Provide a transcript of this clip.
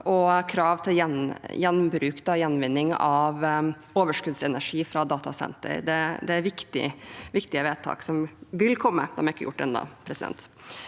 og krav til gjenvinning av overskuddsenergi fra datasentre. Det er viktige vedtak som vil komme;